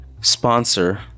sponsor